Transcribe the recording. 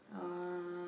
uh